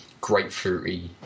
grapefruity